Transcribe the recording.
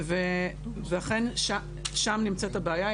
אכן שם נמצאת הבעיה.